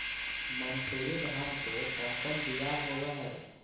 मनसूरी धान के कौन कौन बियाह होव हैं?